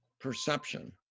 perception